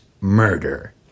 murder